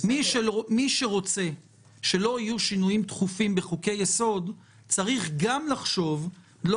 מי שרוצה שלא יהיו שינויים תכופים בחוקי-יסוד צריך לחשוב לא